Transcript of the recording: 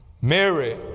Mary